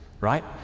right